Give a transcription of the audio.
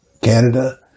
Canada